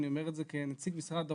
אני אומר את זה כנציג משרד האוצר,